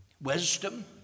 wisdom